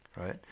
Right